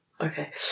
okay